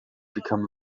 become